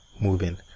Moving